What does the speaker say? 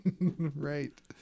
right